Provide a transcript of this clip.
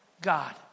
God